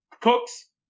Cooks